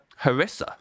Harissa